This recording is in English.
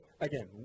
again